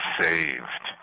saved